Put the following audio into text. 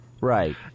right